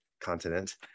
continent